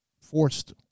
forced